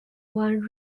one